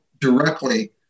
directly